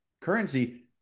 currency